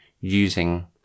using